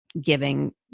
giving